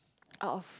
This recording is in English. out of